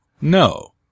No